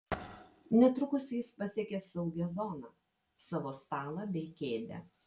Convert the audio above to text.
netrukus jis pasiekė saugią zoną savo stalą bei kėdę